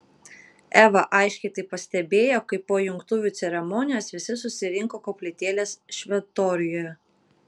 eva aiškiai tai pastebėjo kai po jungtuvių ceremonijos visi susirinko koplytėlės šventoriuje